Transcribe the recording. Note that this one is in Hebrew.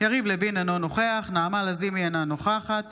יריב לוין, אינו נוכח נעמה לזימי, אינה נוכחת